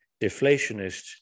deflationist